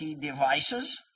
devices